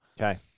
Okay